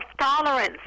tolerance